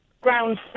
ground